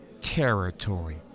territory